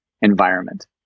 environment